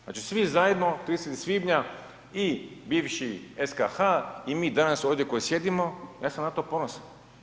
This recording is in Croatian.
Znači svi zajedno 30. svibnja i bivši SKH-a i mi danas ovdje koji sjedimo, ja sam na to ponosan.